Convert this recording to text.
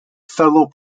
fellow